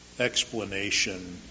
Explanation